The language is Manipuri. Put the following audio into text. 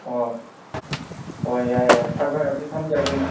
ꯍꯣꯏ ꯍꯣꯏ ꯌꯥꯏ ꯌꯥꯏ ꯐꯔꯦ ꯐꯔꯦ ꯑꯗꯨꯗꯤ ꯊꯝꯖꯔꯒꯦꯅꯦ